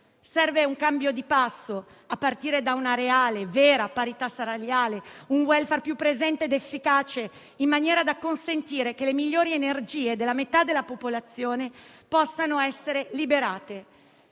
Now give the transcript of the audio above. Serve un cambio di passo, a partire da una reale, vera parità salariale, un *welfare* più presente ed efficace, in maniera tale da consentire che le migliori energie della metà della popolazione possano essere liberate.